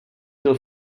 byl